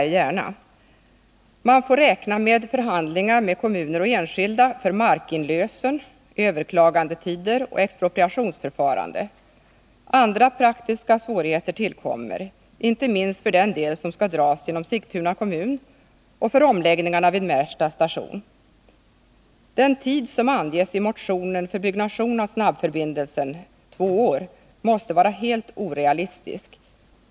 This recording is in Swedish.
Man får således räkna med förhandlingar med kommuner och enskilda för markinlösen, överklagandetider och expropriationsförfarande. Andra praktiska svårigheter tillkommer — inte minst för den del som skall dras genom Sigtuna kommun och för omläggningarna vid Märsta station. Den tid som anges i motionen för byggnation av snabbförbindelsen, två år, måste vara helt orealistisk.